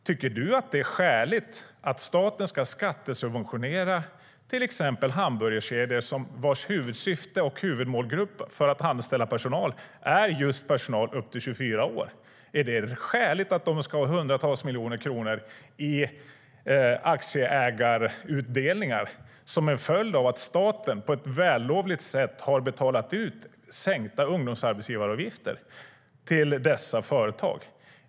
Tycker du att det är skäligt att staten ska skattesubventionera till exempel hamburgerkedjor vars huvudmålgrupp för att anställa personal är personer upp till 24 år? Är det skäligt att de ska hundratals miljoner i aktieägarutdelningar som en följd av att staten på ett vällovligt sätt har stått för sänkta ungdomsarbetsgivaravgifter till dessa företag?